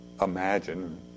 imagine